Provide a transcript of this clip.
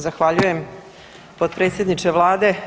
Zahvaljujem potpredsjedniče Vlade.